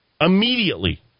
Immediately